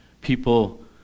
people